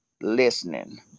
listening